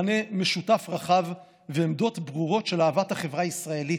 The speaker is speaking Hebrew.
מכנה משותף רחב ועמדות ברורות של אהבת החברה הישראלית,